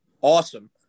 Awesome